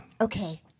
Okay